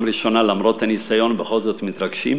פעם ראשונה, למרות הניסיון, בכל זאת מתרגשים.